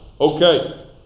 okay